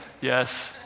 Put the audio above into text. Yes